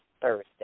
Thursday